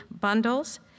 bundles